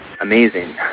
amazing